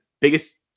biggest